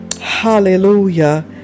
Hallelujah